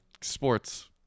Sports